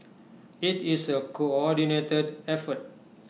IT is A coordinated effort